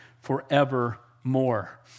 forevermore